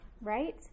Right